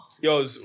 Yo